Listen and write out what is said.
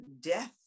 death